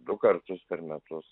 du kartus per metus